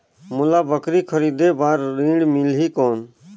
मोला बकरी खरीदे बार ऋण मिलही कौन?